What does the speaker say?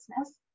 business